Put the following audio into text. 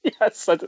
Yes